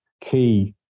key